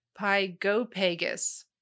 pygopagus